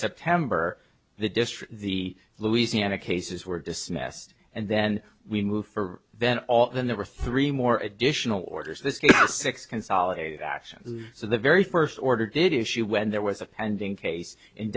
september the destroy the louisiana cases were dismissed and then we moved for then all then there were three more additional orders this six consolidated action so the very first order did issue when there was a pending case in